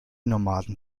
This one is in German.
nomaden